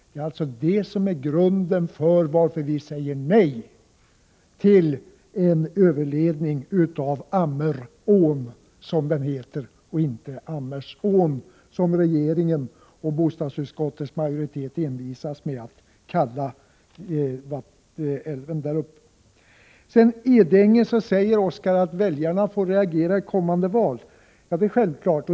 Det är alltså detta som är grunden till att vi säger nej till en överledning av Ammerån — älven heter Ammerån, inte Ammersån, som regeringen och bostadsutskottets majoritet envisas med att kalla den. När det gäller Edänge säger Oskar Lindkvist att väljarna får reagera i kommande val. Ja, det är självklart.